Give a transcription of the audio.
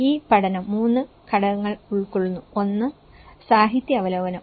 ഈ പഠനം 3 ഘടകങ്ങൾ ഉൾക്കൊള്ളുന്നു ഒന്ന് സാഹിത്യ അവലോകനം